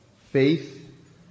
faith